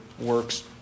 works